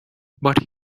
but